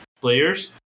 players